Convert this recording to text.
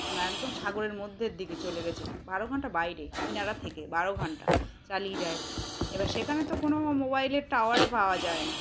একদম সাগরের মধ্যের দিকে চলে গেছে বারো ঘণ্টা বাইরে কিনারা থেকে বারো ঘণ্টা চালিয়ে যায় এবার সেখানে তো কোনো মোবাইলের টাওয়ারে পাওয়া যায় না